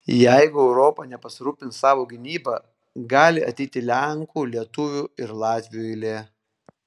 jeigu europa nepasirūpins savo gynyba gali ateiti lenkų lietuvių ir latvių eilė